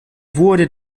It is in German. wurde